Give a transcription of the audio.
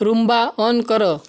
Roomba on କର